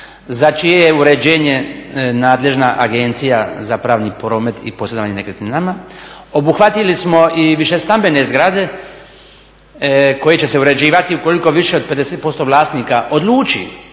za čije je uređenje nadležna agencija za pravni promet i … nekretninama, obuhvatili smo i višestambene zgrade koje će se uređivati ukoliko više od 50% vlasnika odluči